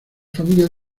familia